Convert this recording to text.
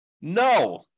No